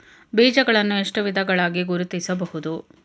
ಬೀಜಗಳನ್ನು ಎಷ್ಟು ವಿಧಗಳಾಗಿ ಗುರುತಿಸಬಹುದು?